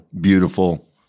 beautiful